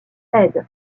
aides